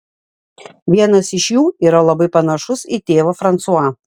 vienas iš jų yra labai panašus į tėvą fransuą